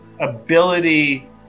ability